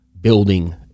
building